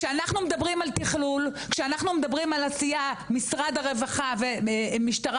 כשאנחנו מדברים שאנחנו מדברים על עשייה משרד הרווחה והמשטרה